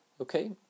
Okay